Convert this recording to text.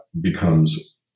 becomes